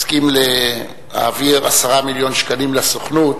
הסכים להעביר 10 מיליון שקלים לסוכנות